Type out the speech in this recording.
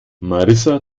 marissa